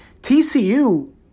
TCU